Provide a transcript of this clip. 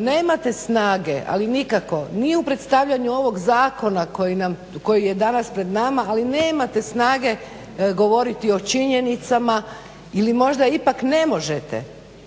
nemate snage, ali nikako ni u predstavljanju ovog zakona koji nam, koji je danas pred nema, ali nemate snage govoriti o činjenicama ili možda ipak ne možete.